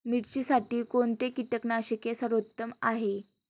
मिरचीसाठी कोणते कीटकनाशके सर्वोत्तम आहे?